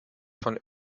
von